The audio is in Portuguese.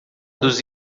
dos